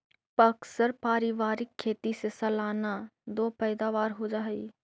प्अक्सर पारिवारिक खेती से सालाना दो पैदावार हो जा हइ